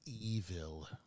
evil